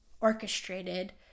orchestrated